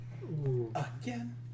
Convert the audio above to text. Again